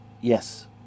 yes